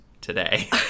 today